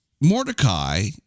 Mordecai